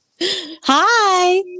Hi